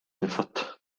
infot